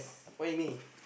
why me